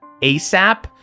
ASAP